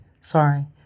sorry